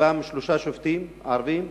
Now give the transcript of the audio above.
ומקרבם שלושה שופטים ערבים.